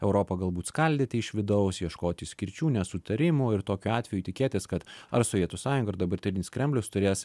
europą galbūt skaldyti iš vidaus ieškoti skirčių nesutarimų ir tokiu atveju tikėtis kad ar sovietų sąjunga ar dabartinis kremlius turės